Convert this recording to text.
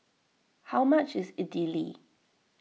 how much is Idili